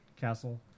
Castle